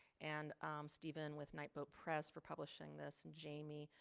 and steven with nightboat press for publishing this and jamie,